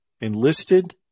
enlisted